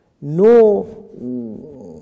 no